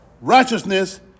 righteousness